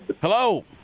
Hello